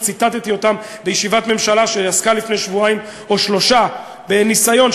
שציטטתי אותם בישיבת ממשלה שעסקה לפני שבועיים או שלושה שבועות בניסיון,